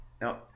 no